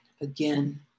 again